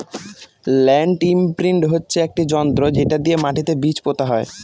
land imprint হচ্ছে একটি যন্ত্র যেটা দিয়ে মাটিতে বীজ পোতা হয়